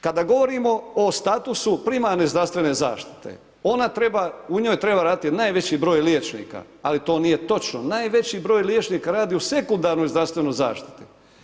Kada govorimo o statusu primarne zdravstvene zaštite, ona treba, u njoj treba raditi najveći broj liječnika, ali to nije točno, najveći broj liječnika radi u sekundarnoj zdravstvenoj zaštiti.